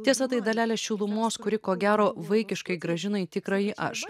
tiesa tai dalelė šilumos kuri ko gero vaikiškai grąžina į tikrąjį aš